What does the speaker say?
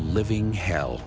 living hell